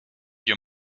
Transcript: your